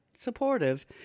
supportive